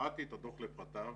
כשקראתי את הדוח לפרטיו